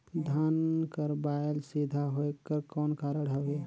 धान कर बायल सीधा होयक कर कौन कारण हवे?